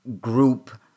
group